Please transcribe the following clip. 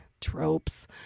tropes